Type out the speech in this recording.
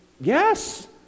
yes